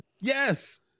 Yes